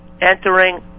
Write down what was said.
Entering